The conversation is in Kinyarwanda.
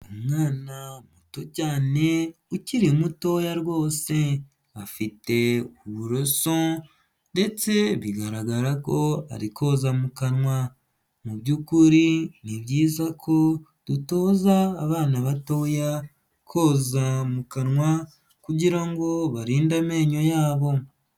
Umwana muto cyane ukiri mutoya rwose afite uburoso ndetse bigaragara ko ari koza mu kanwa, mu by'ukuri ni byiza ko dutoza abana batoya koza mu kanwa kugira ngo barinde amenyo yabo.